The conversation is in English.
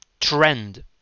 trend